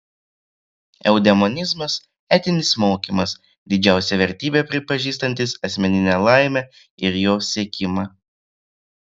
eudemonizmas etinis mokymas didžiausia vertybe pripažįstantis asmeninę laimę ir jos siekimą